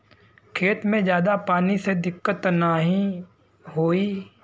खेत में ज्यादा पानी से दिक्कत त नाही होई?